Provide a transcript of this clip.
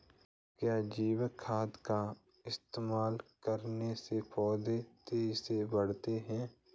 क्या जैविक खाद का इस्तेमाल करने से पौधे तेजी से बढ़ते हैं?